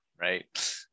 Right